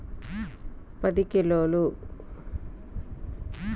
Tomato సాగుకు ఒక ఎకరానికి ఎన్ని కిలోగ్రాముల యూరియా వెయ్యాలి?